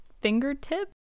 fingertip